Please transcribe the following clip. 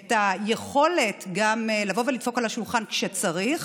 גם יכולת לבוא ולדפוק על השולחן כשצריך.